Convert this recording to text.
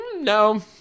no